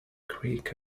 creek